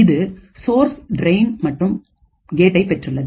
இது source drain மற்றும் கேட்டை பெற்றுள்ளது